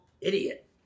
idiot